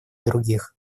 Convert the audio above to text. других